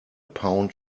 pound